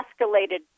escalated